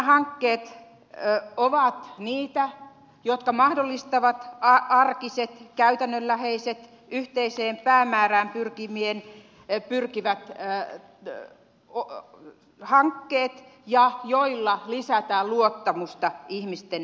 nämä hankkeet ovat niitä jotka mahdollistavat arkiset käytännönläheiset yhteiseen päämäärään pyrkivät hankkeet ja joilla lisätään luottamusta ihmisten välillä